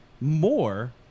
more